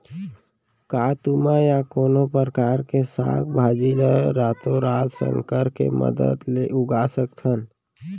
का तुमा या कोनो परकार के साग भाजी ला रातोरात संकर के मदद ले उगा सकथन?